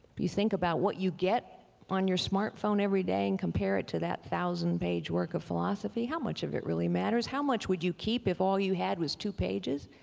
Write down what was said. you think about what you get on your smart phone every day and compare it to that thousand page work of philosophy? how much of it really matters? how much would you keep if all you had was two pages?